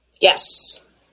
Yes